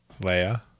Leia